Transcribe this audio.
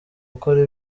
gukora